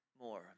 more